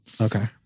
Okay